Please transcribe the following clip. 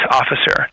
officer